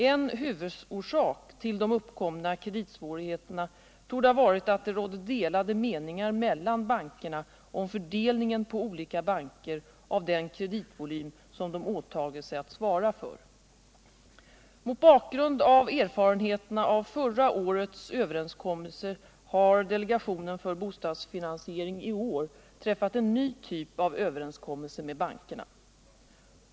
En huvudorsak till de uppkomna kreditsvårigheterna torde ha varit att det rådde delade meningar mellan bankerna om fördelningen på olika banker av den kreditvolym som de åtagit sig att svara för. Mot bakgrund av erfarenheterna av förra årets överenskommelse har delegationen för bostadsfinansiering i år träffat en ny typ av överenskommelse med bankerna.